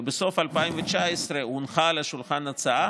ובסוף 2019 הונחה על השולחן הצעה